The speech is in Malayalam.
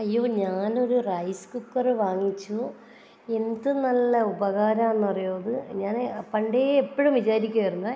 അയ്യോ ഞാനൊരു റൈസ് കുക്കർ വാങ്ങിച്ചു എന്തു നല്ല ഉപകാരമാണെന്നറിയുവോ അത് ഞാൻ പണ്ടേ എപ്പോഴും വിചാരിക്കുവായിരുന്നേ